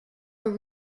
were